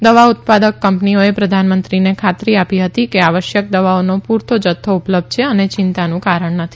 દવા ઉત્પાદક કંપનીઓએ પ્રધાનમંત્રીને ખાતરી આપી હતી કે આવશ્યક દવાઓનો પુરતો જથ્થો ઉપલબ્ધ છે અને ચિંતાનું કારણ નથી